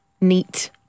neat